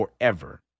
forever